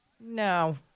No